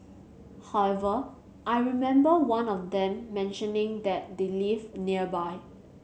however I remember one of them mentioning that they live nearby